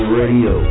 radio